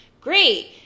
Great